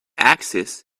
axis